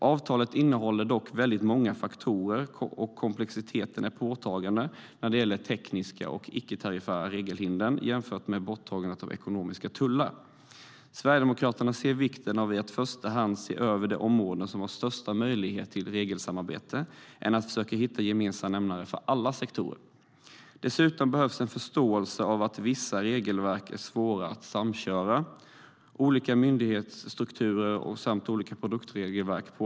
Avtalet innehåller dock väldigt många faktorer, och komplexiteten är påtaglig när det gäller det tekniska och de icke-tariffära regelhindren jämfört med borttagandet av ekonomiska tullar. Sverigedemokraterna ser vikten av att i första hand se över de områden där möjligheterna till regelsamarbete är störst i stället för att försöka hitta gemensamma nämnare för alla sektorer. Dessutom behövs en förståelse av att vissa regelverk är svåra att samköra på grund av olika myndighetsstrukturer och olika produktregelverk.